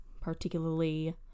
particularly